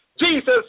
Jesus